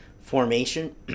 formation